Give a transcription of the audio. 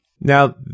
Now